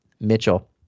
Mitchell